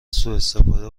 سواستفاده